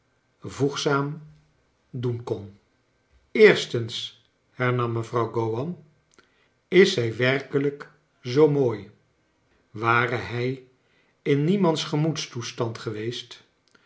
voegzaam doen kon eerstens hernam mevrouw gowan is zij werkelijk zoo mooi ware hij in niemand's gemoedstoestand geweest